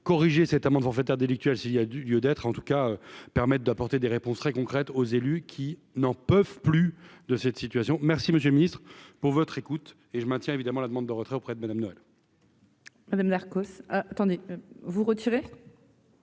corriger cette amende forfaitaire délictuelle, s'il y a du lieu d'être, en tout cas permettent d'apporter des réponses très concrètes aux élus qui n'en peuvent plus de cette situation, merci Monsieur le Ministre, pour votre écoute et je maintiens, évidemment, la demande de retrait auprès de Madame Dole. Madame Darcos attendez-vous retirer.